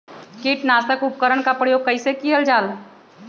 किटनाशक उपकरन का प्रयोग कइसे कियल जाल?